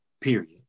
Period